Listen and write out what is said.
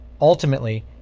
Ultimately